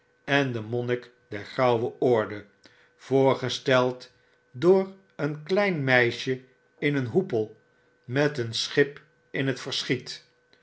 en de monnik der grrauwe orde voorgesteld door een klein meisje in een hoepel met een schip in het verschiet